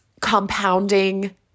compounding